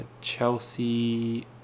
Chelsea